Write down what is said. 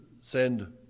send